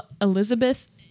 Elizabeth